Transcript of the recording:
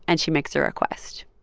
and she makes a request.